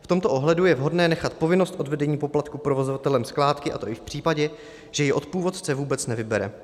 V tomto ohledu je vhodné nechat povinnost odvedení poplatku provozovatelem skládky, a to i v případě, že jej od původce vůbec nevybere.